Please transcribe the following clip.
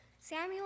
Samuel